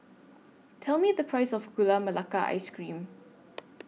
Tell Me The Price of Gula Melaka Ice Cream